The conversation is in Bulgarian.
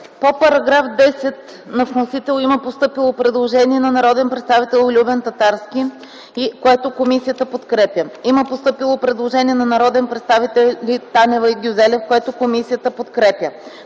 По § 10 на вносителя има постъпило предложение от народния представител Любен Татарски, което комисията подкрепя. Има постъпило предложение от народните представители Танева и Гюзелев, което комисията подкрепя